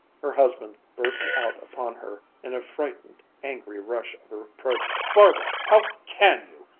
her husband burst out upon her in a frightened, angry rush of reproach barbara how can you!